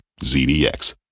ZDX